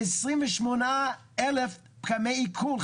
28 אלף פקמי עיקול,